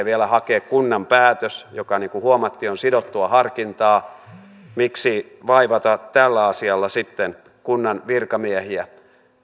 vielä hakea kunnan päätös joka niin kuin huomattiin on sidottua harkintaa miksi vaivata tällä asiassa sitten kunnan virkamiehiä